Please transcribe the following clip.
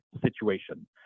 situation